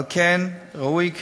על כן, ראוי כי